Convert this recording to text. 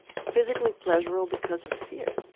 physically pleasurable because of the fear.